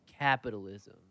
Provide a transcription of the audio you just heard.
capitalism